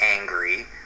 angry